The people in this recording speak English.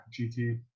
GT